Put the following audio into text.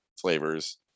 flavors